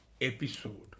episode